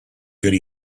could